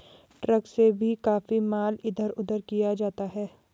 truck से भी काफी माल इधर उधर किया जाता है